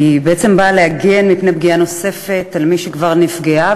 בעצם באה להגן מפני פגיעה נוספת על מי שכבר נפגעה,